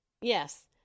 Yes